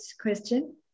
question